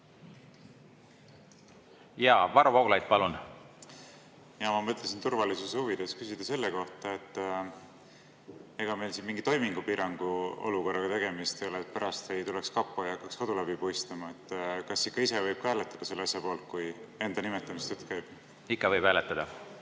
Varro Vooglaid, palun! Ma mõtlesin turvalisuse huvides küsida selle kohta, ega meil siin mingi toimingupiirangu olukorraga tegemist ei ole, et pärast ei tuleks kapo ega hakkaks kodu läbi puistama. Kas ikka ise võib ka hääletada selle asja poolt, kui enda nimetamisest jutt käib? Ma mõtlesin